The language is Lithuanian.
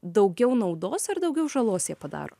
daugiau naudos ar daugiau žalos jie padaro